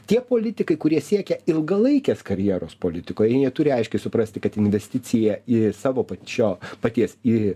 tie politikai kurie siekia ilgalaikės karjeros politikoj jie neturi aiškiai suprasti kad investicija į savo pačio paties į